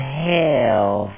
hell